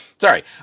Sorry